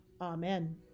Amen